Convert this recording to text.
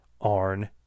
arn